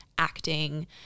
acting